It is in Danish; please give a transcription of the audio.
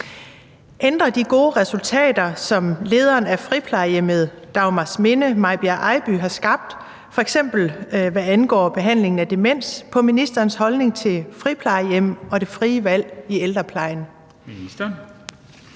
Ændrer de gode resultater, som lederen af friplejehjemmet Dagmarsminde, May Bjerre Eiby, har skabt, f.eks. hvad angår behandlingen af demens, på ministerens holdning til friplejehjem og det frie valg i ældreplejen?